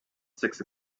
six